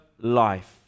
life